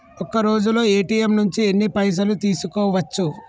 ఒక్కరోజులో ఏ.టి.ఎమ్ నుంచి ఎన్ని పైసలు తీసుకోవచ్చు?